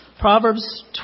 Proverbs